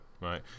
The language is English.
right